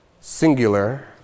singular